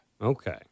okay